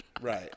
right